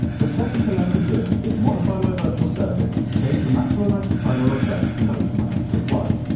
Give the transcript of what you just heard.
the second thing i can do is modify my virtual service to change the maximum amount of time a request can wait for my app to reply.